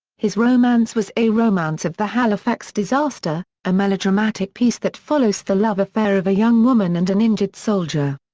his romance was a romance of the halifax disaster, a melodramatic piece that follows the love affair of a young woman and an injured soldier.